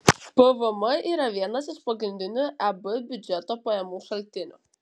pvm yra vienas iš pagrindinių eb biudžeto pajamų šaltinių